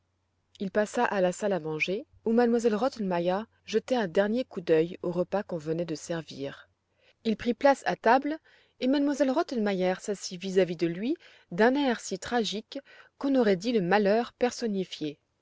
il passa à la salle à manger où m elle rottenmeier jetait un dernier coup d'œil au repas qu'on venait de servir il prit place à table et m elle rottenmeier s'assit vis-à-vis de lui d'un air si tragique qu'on aurait dit le malheur personnifié